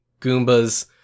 Goombas